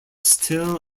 still